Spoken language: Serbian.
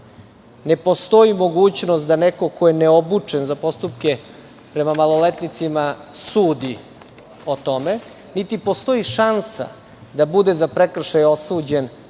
ne postoji mogućnost da neko ko nije obučen za postupke prema maloletnicima sudi o tome, niti postoji šansa da bude za prekršaje osuđen